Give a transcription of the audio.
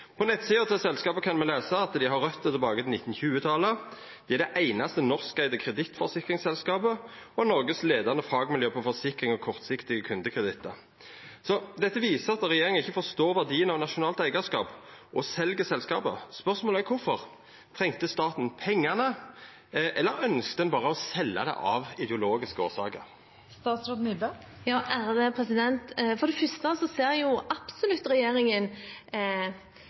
På nettsida til selskapet kan me lesa at dei har røter tilbake til 1920-talet, dei er det einaste norskeigde kredittforsikringsselskapet og Noregs leiande fagmiljø på forsikring av kortsiktige kundekredittar. Dette viser at regjeringa ikkje forstår verdien av nasjonalt eigarskap – og sel selskap. Spørsmålet er kvifor. Trong staten pengane, eller ønskte ein berre å selja det av ideologiske årsaker? For det første ser regjeringen absolutt fordelene med nasjonalt eierskap. Det er jo